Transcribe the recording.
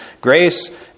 Grace